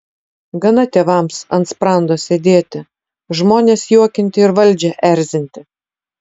gana tėvams ant sprando sėdėti žmones juokinti ir valdžią erzinti